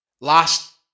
last